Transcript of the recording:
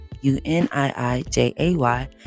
U-N-I-I-J-A-Y